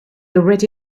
already